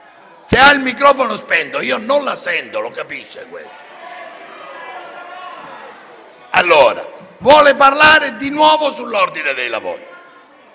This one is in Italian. Se ha il microfono spento io non la sento, lo capisce? Chiede di parlare di nuovo sull'ordine dei lavori?